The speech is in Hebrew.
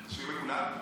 בשביל כולם.